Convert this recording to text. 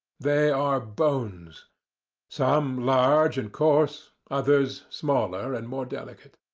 they are bones some large and coarse, others smaller and more delicate.